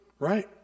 right